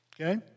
Okay